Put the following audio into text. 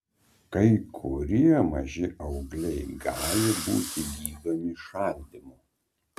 kai kurie maži augliai gali būti gydomi šaldymu